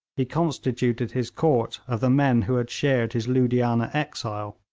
he constituted his court of the men who had shared his loodianah exile.